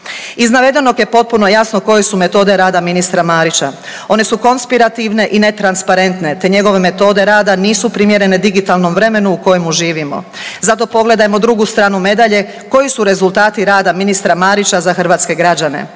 Iz navedenog je potpuno jasno koje su metode rada ministra Marića. One su konspirativne i netransparentne te njegove metode rada nisu primjerene digitalnom vremenu u kojemu živimo. Zato pogledajmo drugu stranu medalje koji su rezultati rada ministra Marića za hrvatske građane.